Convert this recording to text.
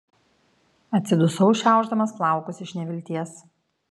atsidusau šiaušdamas plaukus iš nevilties